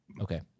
Okay